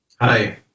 Hi